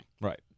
Right